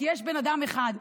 כי יש בן אדם אחד.